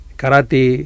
Karate